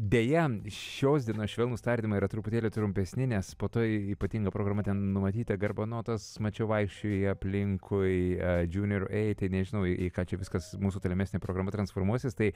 deja šios dienos švelnūs tardymai yra truputėlį trumpesni nes po to ypatinga programa ten numatyta garbanotas mačiau vaikščioja aplinkui džiūner ei tai nežinau į ką čia viskas mūsų tolimesnė programa transformuosis tai